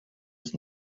ist